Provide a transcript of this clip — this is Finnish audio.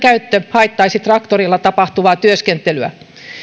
haittaisi traktorilla tapahtuvaa työskentelyä